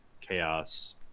chaos